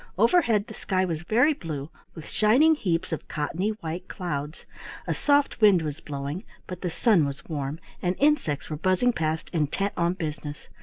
overhead the sky was very blue, with shining heaps of cottony white clouds a soft wind was blowing, but the sun was warm, and insects were buzzing past intent on business.